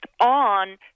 on